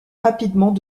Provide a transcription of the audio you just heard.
rapidement